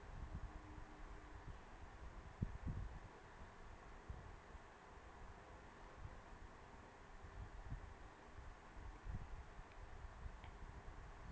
!wow!